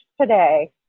today